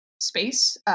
space